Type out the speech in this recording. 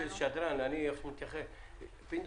פינדרוס,